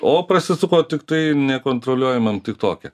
o prasisuko tiktai nekontroliuojamam tik toke